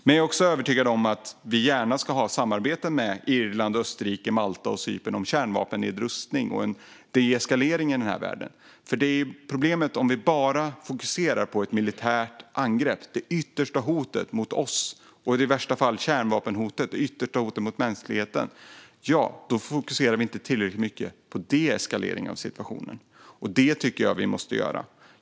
Men jag är också övertygad om att vi ska ha samarbeten med Irland, Österrike, Malta och Cypern om kärnvapennedrustning och en deeskalering i den här världen. Om vi bara fokuserar på ett militärt angrepp, det yttersta hotet mot oss, och i värsta fall på kärnvapenhotet, det yttersta hotet mot mänskligheten, är problemet att vi inte fokuserar tillräckligt mycket på en deeskalering av situationen. Och det tycker jag att vi måste göra.